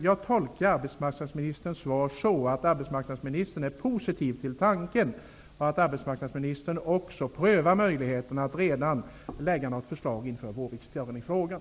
Jag tolkar arbetsmarknadsministerns svar så, att arbetsmarknadsministern är positiv till tanken och också prövar möjligheten att lägga fram ett förslag redan till vårriksdagen.